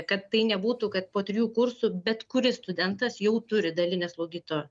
kad tai nebūtų kad po trijų kursų bet kuris studentas jau turi dalinę slaugytojo